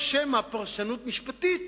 או שמא פרשנות משפטית